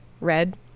Red